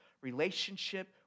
relationship